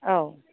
औ